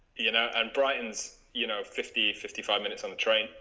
you know and brightens, you know fifty fifty five minutes on the train.